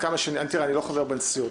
אני לא חבר בנשיאות,